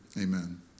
Amen